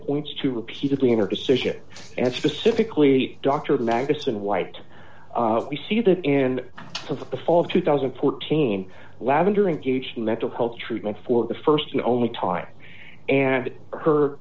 points to repeatedly in their decision and specifically doctored maggots in white we see that in the fall of two thousand and fourteen lavender engaged in mental health treatment for the st and only time and her